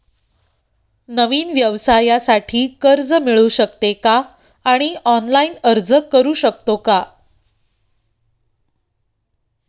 नवीन व्यवसायासाठी कर्ज मिळू शकते का आणि ऑनलाइन अर्ज करू शकतो का?